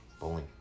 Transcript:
bowling